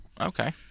Okay